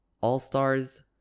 all-stars